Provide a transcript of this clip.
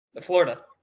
Florida